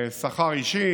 שכר אישי